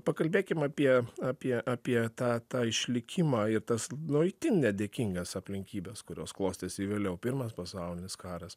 pakalbėkim apie apie apie tą tą išlikimą ir tas nu itin nedėkingas aplinkybes kurios klostėsi vėliau pirmas pasaulinis karas